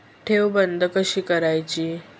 ठेव बंद कशी करायची?